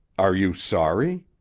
are you sorry?